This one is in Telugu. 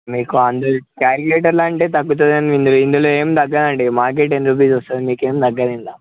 మీకు అంటే క్యాల్కులేటర్లో అంటే తగ్గుతుంది అండి ఇందులో ఇందులో ఏమి తగ్గదు అండి మాకే టెన్ రూపీస్ వస్తుంది మీకు ఏమి తగ్గదు ఇందులో